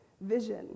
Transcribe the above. vision